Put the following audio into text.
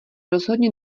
rozhodně